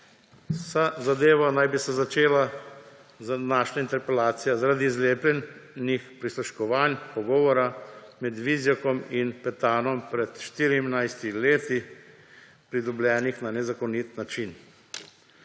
Vsa zadeva naj bi se začela za današnjo interpelacijo zaradi zlepljenih prisluškovanj pogovora med Vizjakom in Petanom pred 14 leti, pridobljenih na nezakonit način.